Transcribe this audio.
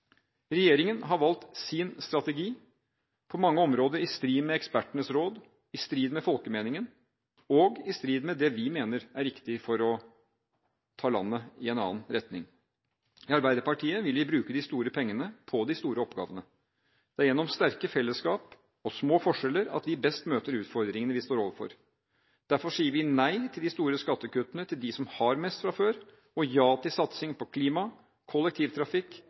Regjeringen har valgt sin strategi, på mange områder i strid med ekspertenes råd, i strid med folkemeningen og i strid med det vi mener er riktig for å ta landet i en annen retning. I Arbeiderpartiet vil vi bruke de store pengene på de store oppgavene. Det er gjennom sterke fellesskap og små forskjeller vi best møter utfordringene vi står overfor. Derfor sier vi nei til de store skattekuttene til dem som har mest fra før, og ja til satsing på klima, kollektivtrafikk,